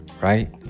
right